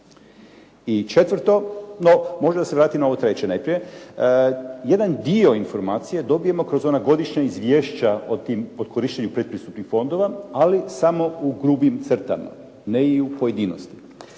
I četvrto, no možda da se vratim na ovo treće najprije. Jedan dio informacija dobijemo kroz ona godišnja izvješća o korištenju pretpristupnih fondova, ali samo u grubim crtama, ne i u pojedinosti.